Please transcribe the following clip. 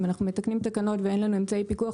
אם אנחנו מתקנים תקנות ואין לנו אמצעי פיקוח